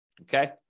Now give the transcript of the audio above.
okay